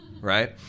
right